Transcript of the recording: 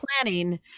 planning